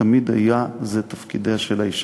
תמיד היה זה תפקידה של האישה.